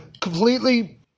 completely